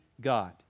God